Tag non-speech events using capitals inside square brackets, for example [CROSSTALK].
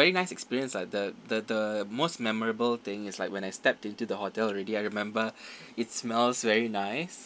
very nice experience lah the the the most memorable thing is like when I stepped into the hotel already I remember [BREATH] it smells very nice